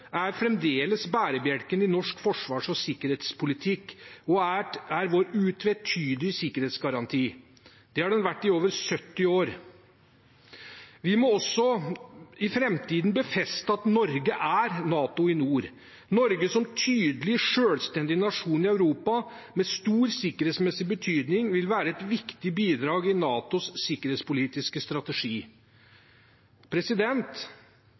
er fremdeles bærebjelken i norsk forsvars- og sikkerhetspolitikk og er vår utvetydige sikkerhetsgaranti. Det har den vært i over 70 år. Vi må også i framtiden befeste at Norge er NATO i nord. Norge som tydelig, selvstendig nasjon i Europa, med stor sikkerhetsmessig betydning, vil være et viktig bidrag i NATOs sikkerhetspolitiske strategi.